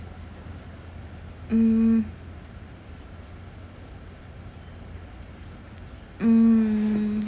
mm mm